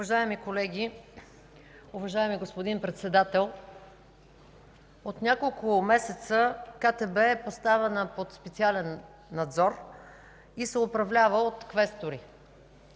Уважаеми колеги, уважаеми господин Председател! От няколко месеца КТБ е поставена под специален надзор и се управлява от квестори.